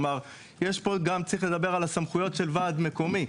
כלומר, צריך לדבר גם על סמכויות ועד מקומי.